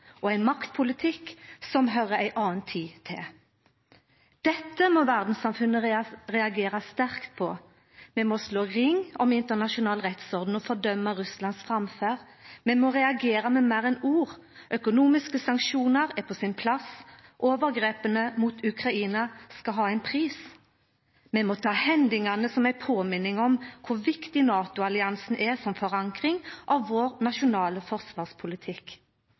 og ein maktpolitikk som høyrer ei anna tid til. Dette må verdssamfunnet reagera sterkt på. Vi må slå ring om internasjonal rettsorden og fordømma Russlands framferd. Vi må reagera med meir enn ord. Økonomiske sanksjonar er på sin plass, overgrepa mot Ukraina skal ha ein pris. Vi må ta hendingane som ei påminning om kor viktig NATO-alliansen er som forankring av vår nasjonale forsvarspolitikk.